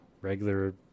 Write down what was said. regular